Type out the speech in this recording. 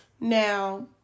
Now